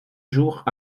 jours